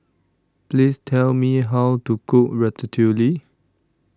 Please Tell Me How to Cook Ratatouille